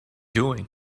doing